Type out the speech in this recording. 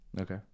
Okay